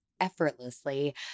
effortlessly